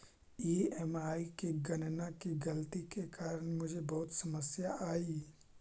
EMI की गणना की गलती के कारण मुझे बहुत समस्या आई